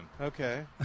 Okay